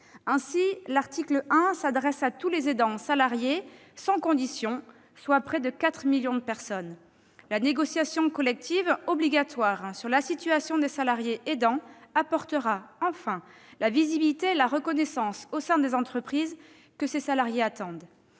Ainsi, l'article 1 s'adresse à tous les aidants salariés sans condition, soit près de quatre millions de personnes. La négociation collective obligatoire sur la situation des salariés aidants apportera, enfin, la visibilité et la reconnaissance au sein des entreprises que ces salariés attendent.